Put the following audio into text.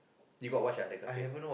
you got watch ah the kafir